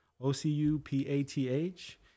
O-C-U-P-A-T-H